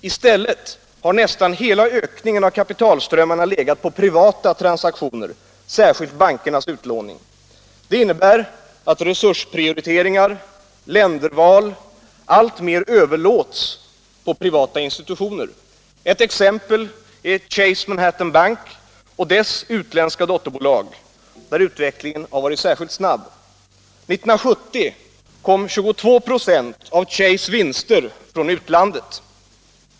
I stället har nästan hela ökningen av kapitalströmmarna legat på privata transaktioner, särskilt bankernas utlåning. Det innebär att resursprioriteringar och länderval alltmer överlåts på privata institutioner. Ett exempel är Chase Manhattan Bank och dess utländska dotterbolag, där utvecklingen varit särskilt snabb. År 1970 kom 22 96 av Chases vinster från utlandet.